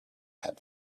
had